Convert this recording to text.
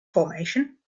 formation